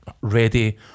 ready